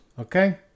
Okay